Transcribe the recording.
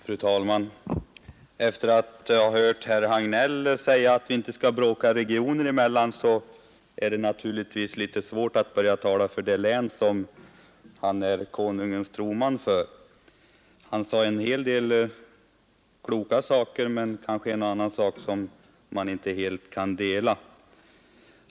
Fru talman! Sedan vi hört herr Hagnell säga att vi inte bör bråka regioner emellan är det naturligtvis litet svårt för mig att börja tala för det län där han själv är Konungens troman. Han sade en hel del kloka saker men kanske också en och annan sak där jag inte helt kan dela hans uppfattning.